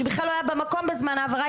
שבכלל לא היה במקום בזמן העבירה,